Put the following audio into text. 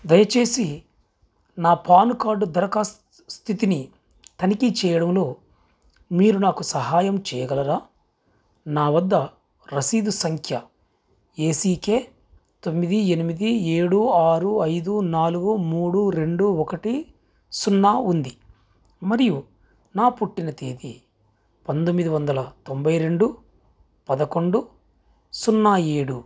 దయచేసి నా PAN card దరఖాస్తు స్థితిని తనిఖీ చేయడంలో మీరు నాకు సహాయం చెయ్యగలరా నా వద్ద రసీదు సంఖ్య ఏ సీ కే తొమ్మిది ఎనిమిది ఏడు ఆరు ఐదు నాలుగు మూడు రెండు ఒకటి సున్నా ఉంది మరియు నా పుట్టిన తేదీ పంతొమ్మిది వందల తొంభై రెండు పదకొండు సున్నా ఏడు